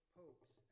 popes